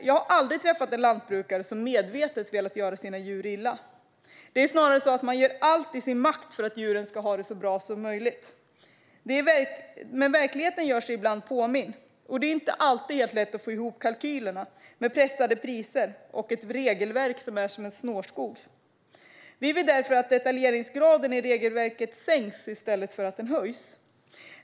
Jag har aldrig träffat en lantbrukare som medvetet velat göra sina djur illa, det är snarare så att de gör allt i sin makt för att djuren ska ha det så bra som möjligt. Men verkligheten gör sig ibland påmind och det är inte alltid helt lätt att få ihop kalkylerna med pressade priser och ett regelverk som är som en snårskog. Vi vill därför att detaljeringsgraden i regelverket sänks i stället för att den höjs.